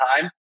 time